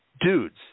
Dudes